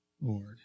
Lord